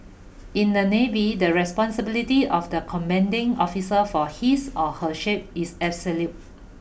in the navy the responsibility of the commanding officer for his or her ship is absolute